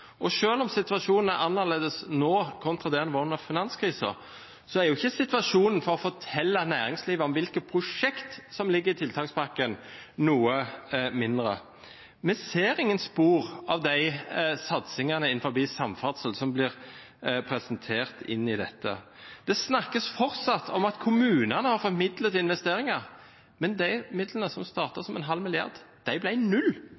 Og selv om situasjonen er annerledes nå kontra det den var under finanskrisen, er jo ikke grunnen for å fortelle næringslivet om hvilke prosjekt som ligger i tiltakspakken, noe mindre. Vi ser ingen spor av de satsingene innenfor samferdsel som blir presentert, inn i dette. Det snakkes fortsatt om at kommunene har fått midler til investeringer. Men de midlene som startet som en halv milliard, ble null